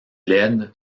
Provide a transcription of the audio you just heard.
laide